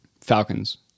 falcons